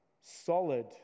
solid